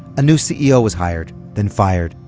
a new ceo was hired, then fired.